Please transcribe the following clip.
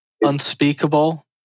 unspeakable